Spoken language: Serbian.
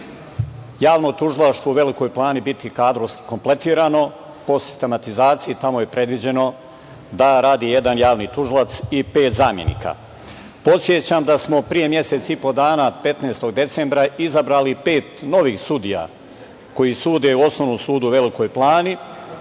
Javno tužilaštvo u Velikoj Plani biti kadrovski kompletirano. Po sistematizaciji tamo je predviđeno da radi jedan Javni tužilac i pet zamenika. Podsećam da smo pre mesec i po dana, 15. decembra, izabrali pet novih sudija koji sude u Osnovnom sudu u Velikoj Plani.